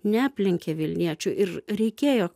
neaplenkė vilniečių ir reikėjo